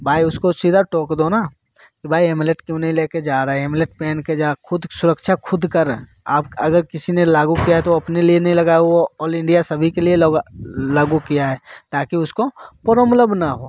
भाई उसको सीधा टोक दो ना कि भाई हेलमेट क्यों नहीं लेकर जा रहे हो हेमलेट पहन के जो खुद सुरक्षा खुदकर अब अगर किसी ने लागू किया है तो अपने लिए नहीं लगाया वो ऑल इंडिया सभी के लिए लगाया लागू किया है ताकि उसको प्रॉब्लम ना हो